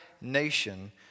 nation